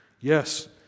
Yes